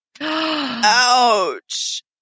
Ouch